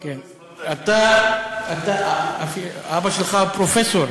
אתה, אבא שלך פרופסור